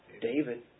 David